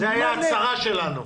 זה היה הצרה שלנו.